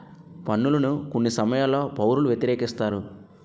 పన్నులను కొన్ని సమయాల్లో పౌరులు వ్యతిరేకిస్తారు